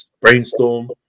brainstorm